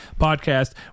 podcast